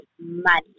money